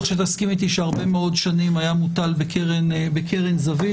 שהרבה מאוד שנים היה מוטל בקרן זווית,